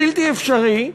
בלתי אפשרי,